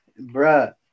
bruh